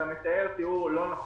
אתה מתאר תיאור לא נכון